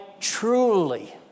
truly